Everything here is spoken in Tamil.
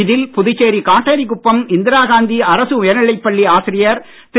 இதில் புதுச்சேரி காட்டேரிக்குப்பம் இந்திரா காந்தி அரசு உயர்நிலை பள்ளி ஆசிரியர் திரு